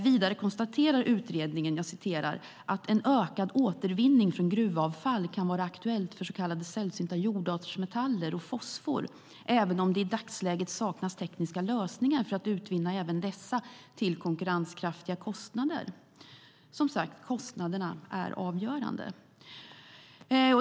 Vidare konstaterar utredningen att en ökad återvinning från gruvavfall kan vara aktuellt för så kallade sällsynta jordartsmetaller och fosfor, även om det i dagsläget saknas tekniska lösningar för att utvinna även dessa till konkurrenskraftiga kostnader. Det är kostnaderna som är avgörande.